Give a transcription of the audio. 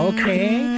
Okay